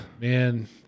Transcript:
Man